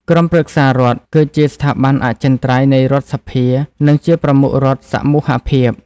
ក្រុមប្រឹក្សារដ្ឋ គឺជាស្ថាប័នអចិន្ត្រៃយ៍នៃរដ្ឋសភា និងជាប្រមុខរដ្ឋសមូហភាព។